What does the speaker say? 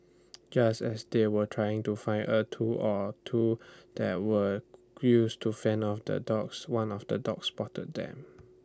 just as they were trying to find A tool or two that were use to fend off the dogs one of the dogs spotted them